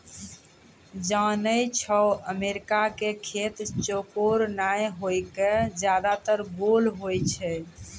जानै छौ अमेरिका के खेत चौकोर नाय होय कॅ ज्यादातर गोल होय छै